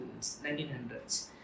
1900s